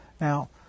Now